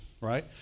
right